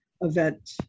event